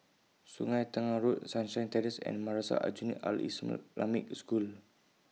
Sungei Tengah Road Sunshine Terrace and Madrasah Aljunied Al School